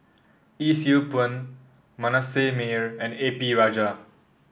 Yee Siew Pun Manasseh Meyer and A P Rajah